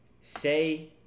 Say